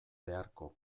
beharko